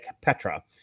Petra